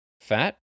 fat